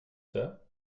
sœur